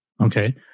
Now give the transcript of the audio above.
Okay